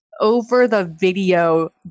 over-the-video